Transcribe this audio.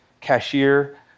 cashier